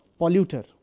polluter